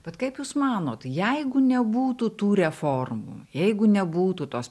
bet kaip jūs manote jeigu nebūtų tų reformų jeigu nebūtų tos